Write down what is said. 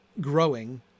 growing